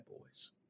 Boys